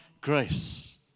grace